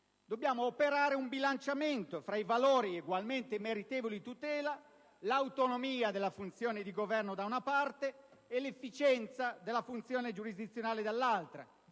Dobbiamo operare un bilanciamento tra valori ugualmente meritevoli di tutela: l'autonomia della funzione di governo da una parte e l'efficienza della funzione giurisdizionale dall'altra.